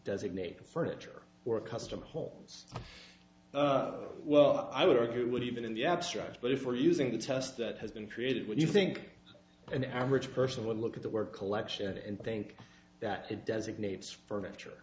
designate a furniture or a custom homes well i would argue it would even in the abstract but if we're using the test that has been created when you think an average person would look at the work collection and think that it designates furniture